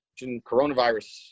coronavirus